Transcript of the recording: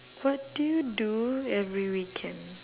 what do you do every weekend